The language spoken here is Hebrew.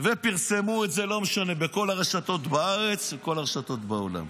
ופרסמו אותו בכל הרשתות בארץ ובכל הרשתות שבעולם.